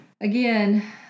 again